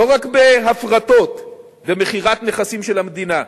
לא רק בהפרטות ומכירת נכסים של המדינה,